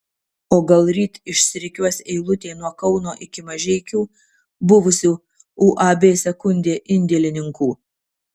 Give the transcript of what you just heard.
o gal ryt išsirikiuos eilutė nuo kauno iki mažeikių buvusių uab sekundė indėlininkų